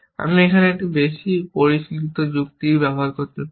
আপনি এখানে একটু বেশি পরিশীলিত যুক্তি করতে পারেন